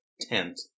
tent